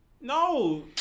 No